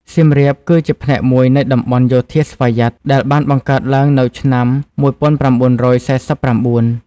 សៀមរាបគឺជាផ្នែកមួយនៃតំបន់យោធាស្វយ័ត ដែលបានបង្កើតឡើងនៅឆ្នាំ១៩៤៩។